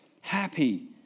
happy